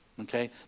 Okay